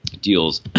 deals